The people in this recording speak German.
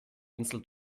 insel